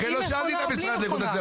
לכן לא שאלתי את המשרד לאיכות הסביבה,